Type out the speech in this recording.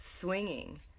Swinging